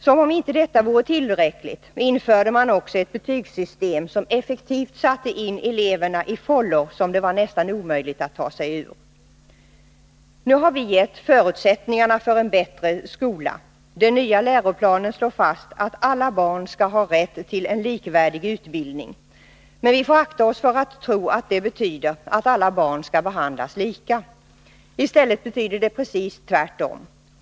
Som om inte detta vore tillräckligt, införde man ett betygssystem som effektivt satte in eleverna i fållor som det var nästan omöjligt att ta sig ur. Nu har vi gett förutsättningarna för en bättre skola. Den nya läroplanen slår fast att alla barn skall ha rätt till en likvärdig utbildning. Men vi får akta oss för att tro att det betyder att alla barn skall behandlas lika. I stället betyder det precis motsatsen.